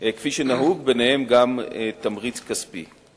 כפי שנהוג, ביניהם גם תמריץ כספי.